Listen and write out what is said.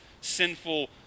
sinful